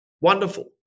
Wonderful